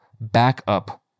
backup